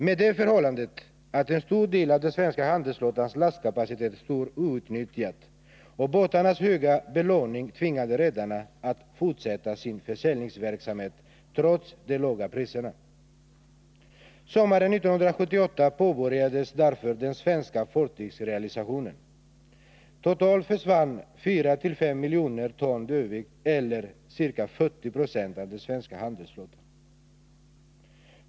Men det förhållandet att en så stor del av den svenska handelsflottans lastkapacitet stod outnyttjad samt den höga belåningen på båtarna tvingade redarna att fortsätta sin försäljningsverksamhet trots de låga priserna. Sommaren 1978 påbörjades därför den svenska fartygsrealisationen. Totalt försvann 4-5 miljoner ton dW eller ca 40 96 av den svenska handelsflottan.